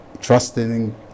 trusting